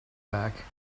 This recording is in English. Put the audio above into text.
back